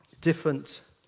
different